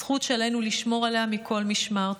זכות שעלינו לשמור עליה מכל משמר.